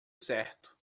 certo